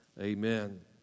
Amen